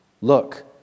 Look